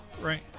right